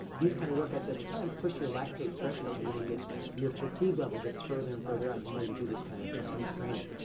these kind of workouts over time push your lactate threshold, meaning that your fatigue level gets further and further out the more you do this kind of intense training.